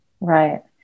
Right